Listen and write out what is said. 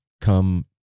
come